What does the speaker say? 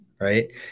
right